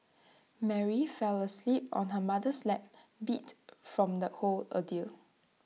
Mary fell asleep on her mother's lap beat from the whole ordeal